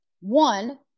One